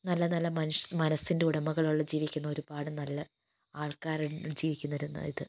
നല്ല നല്ല മനസ്സിൻ്റെ ഉടമകളുള്ള ജീവിക്കുന്ന ഒരുപാട് നല്ല ആൾക്കാരും ജീവിക്കുന്ന ഒരിന്ന ഇത്